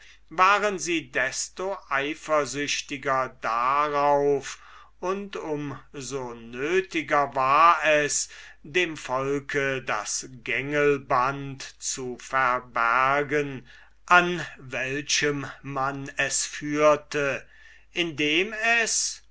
waren sie desto eifersüchtiger darauf und um so nötiger war es dem volk das gängelband zu verbergen an welchem man es führte indem es